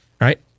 right